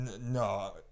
No